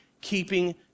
keeping